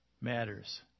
matters